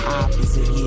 opposite